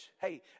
hey